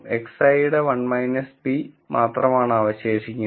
xi യുടെ 1 p മാത്രമാണ് അവശേഷിക്കുന്നത്